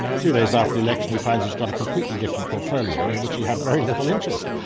two days after the election he finds he's got a completely different portfolio in which he had very little interest.